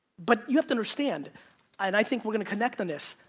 but you have to understand, and i think we're going to connect on this.